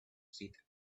sit